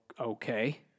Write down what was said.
okay